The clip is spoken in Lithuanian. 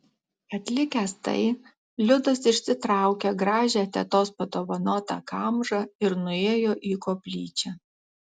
atlikęs tai liudas išsitraukė gražią tetos padovanotą kamžą ir nuėjo į koplyčią